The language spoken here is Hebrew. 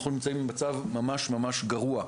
אנחנו נמצאים במצב ממש ממש גרוע.